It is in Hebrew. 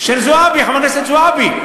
הכנסת זועבי.